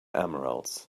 emeralds